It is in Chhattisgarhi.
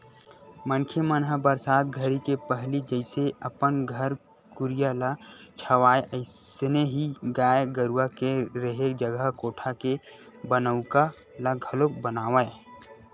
मनखे मन ह बरसात घरी के पहिली जइसे अपन घर कुरिया ल छावय अइसने ही गाय गरूवा के रेहे जघा कोठा के बनउका ल घलोक बनावय